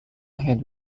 had